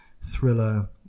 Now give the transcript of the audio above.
thriller